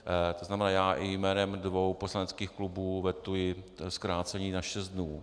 To znamená, já i jménem dvou poslaneckých klubů vetuji zkrácení na šest dnů.